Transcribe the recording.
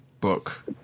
book